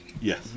Yes